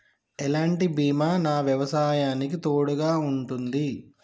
ఎలాంటి బీమా నా వ్యవసాయానికి తోడుగా ఉంటుంది?